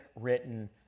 written